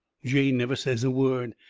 jane never says a word.